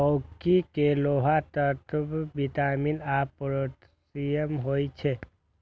लौकी मे लौह तत्व, विटामिन आ पोटेशियम होइ छै